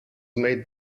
made